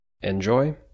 enjoy